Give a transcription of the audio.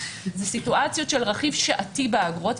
זה סיטואציות של רכיב שעתי באגרות,